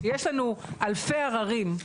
כשיש לנו אלפי עררים,